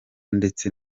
ndetse